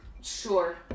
Sure